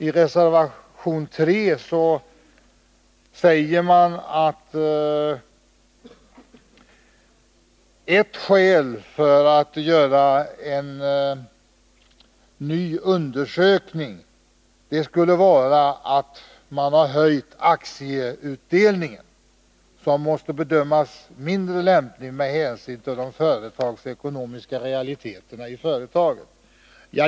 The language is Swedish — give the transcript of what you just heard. I reservation 3 säger man att ett skäl för att göra en ny undersökning av frågan om i vilka former staten skall ta ansvar för Gotlandstrafiken är att aktieutdelningen har höjts och att denna höjning måste bedömas som mindre lämplig med hänsyn till de ekonomiska realiteterna i företaget.